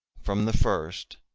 from the first,